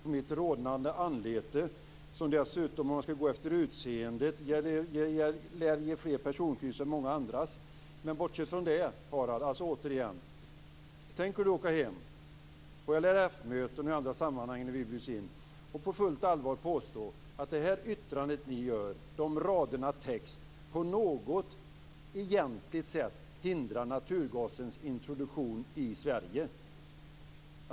Fru talman! Nu handlar det ju inte om färgsättningen på mitt rodnande anlete. Och om man skall gå efter utseendet lär det ge fler personkryss än många andras. Men bortsett från det vill jag återigen säga följande till Harald Bergström. Tänker Harald Bergström åka hem och på LRF-möten och i andra sammanhang där vi bjuds in på fullt allvar påstå att det yttrande som ni gör, de raderna av text, på något egentligt sätt hindrar naturgasens introduktion i Sverige?